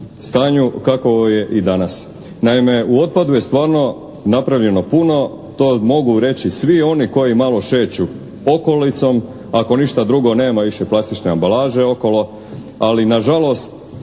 stanju kakovo je i danas. Naime, u otpadu je stvarno napravljeno puno. To mogu reći svi oni koji malo šeću okolicom. Ako ništa drugo nema više plastične ambalaže okolo, ali nažalost